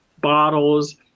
bottles